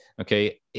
Okay